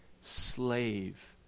slave